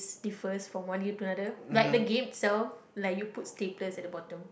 differs from one U to another like the game itself like you put staplers at the bottom